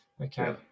Okay